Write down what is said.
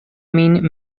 min